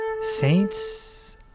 Saints